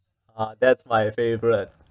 ah that's my favourite